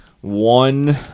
one